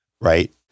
right